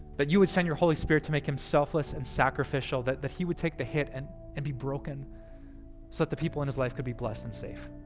that you would send your holy spirit to make him selfless and sacrificial that that he would take the hit and and be broken so that the people in his life could be blessed and safe.